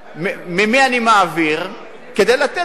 ממי אני מעביר, כדי לתת להם?